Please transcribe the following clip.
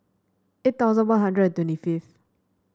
eight thousand One Hundred and twenty fifth